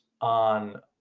on